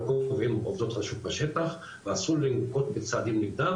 לא פה קובעים עובדות בשטח ואסור לנקוט צעדים נגדם,